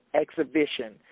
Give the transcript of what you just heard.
exhibition